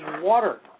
water